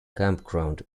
campground